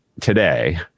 today